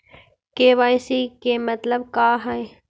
KYC के मतलब का हई?